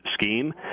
scheme